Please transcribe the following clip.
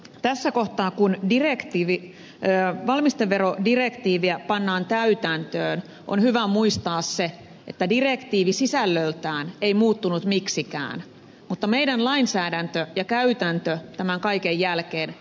tässä kohtaa kun valmisteverodirektiiviä pannaan täytäntöön on hyvä muistaa se että direktiivi sisällöltään ei muuttunut miksikään mutta meidän lainsäädäntömme ja käytäntömme tämän kaiken jälkeen muuttuu